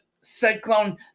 cyclone